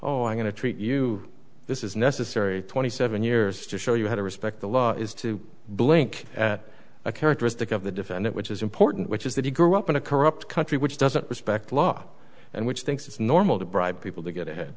oh i'm going to treat you this is necessary twenty seven years to show you how to respect the law is to blink at a characteristic of the defendant which is important which is that he grew up in a corrupt country which doesn't respect law and which thinks it's normal to bribe people to get ahead